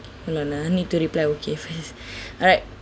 hold on ah need to reply okay first alright